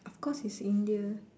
of course it's India